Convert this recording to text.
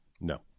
No